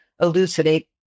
elucidate